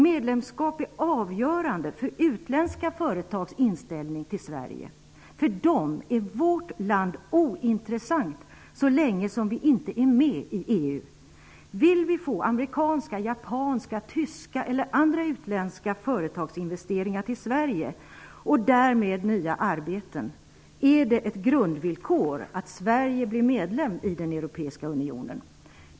Medlemskap är avgörande för utländska företags inställning till Sverige. För dem är vårt land ointressant så länge som vi inte är med i EU. Vill vi få amerikanska, japanska, tyska eller andra utländska företags investeringar till Sverige och därmed nya arbeten är det ett grundvillkor att Sverige blir medlem i den europeiska unionen.